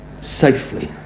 safely